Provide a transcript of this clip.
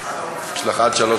יש לך עד שלוש